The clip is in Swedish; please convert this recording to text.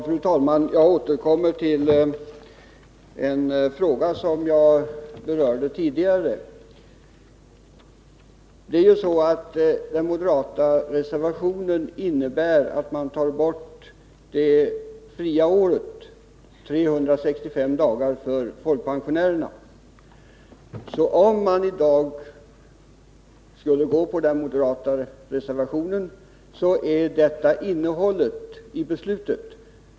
Fru talman! Jag återkommer till en fråga som jag berörde tidigare. Den moderata reservationen innebär att man tar bort det fria året, 365 dagar, för folkpensionärerna. Om man i dag bifaller den moderata reservationen, blir detta innebörden i beslutet.